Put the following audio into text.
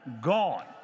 gone